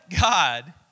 God